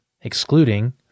excluding